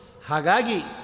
Hagagi